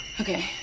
Okay